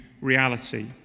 reality